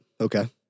Okay